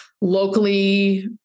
locally